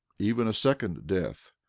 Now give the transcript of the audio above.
even a second death,